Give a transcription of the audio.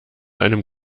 einem